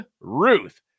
Ruth